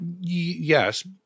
Yes